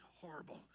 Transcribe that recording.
horrible